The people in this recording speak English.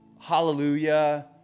hallelujah